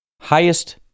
Highest